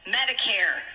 Medicare